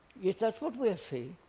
is ah what we are saying.